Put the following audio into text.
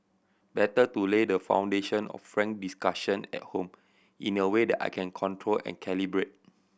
better to lay the foundation of frank discussion at home in a way that I can control and calibrate